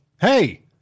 Hey